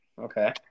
okay